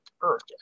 Earth